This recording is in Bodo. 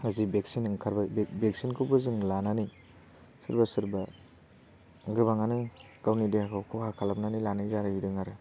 जि भेक्सिन ओंखारबाय बे भेक्सिनखौबो जों लानानै सोरबा सोरबा गोबाङानो गावनि देहाखौ खहा खालामनानै लानाय जाहैदों आरो